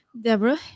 Deborah